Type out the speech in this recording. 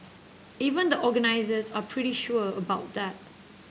even the organisers are pretty sure about that